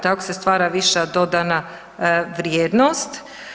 Tako se stvara viša doda vrijednost.